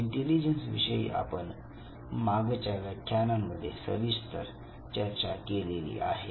intelligence विषयी आपण मागच्या व्याख्यानांमध्ये सविस्तर चर्चा केलेली आहे